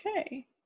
Okay